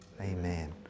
Amen